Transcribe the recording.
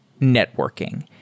networking